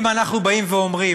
אם אנחנו אומרים,